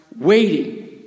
waiting